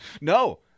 No